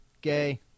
Gay